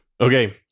Okay